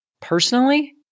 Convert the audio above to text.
Personally